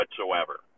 whatsoever